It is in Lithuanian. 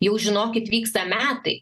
jau žinokit vyksta metai